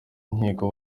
inkiko